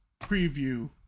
preview